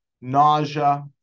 nausea